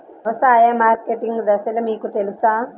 వ్యవసాయ మార్కెటింగ్ దశలు మీకు తెలుసా?